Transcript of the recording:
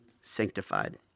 sanctified